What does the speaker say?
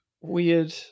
weird